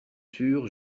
sûr